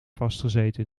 vastgezeten